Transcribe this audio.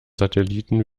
satelliten